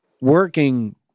working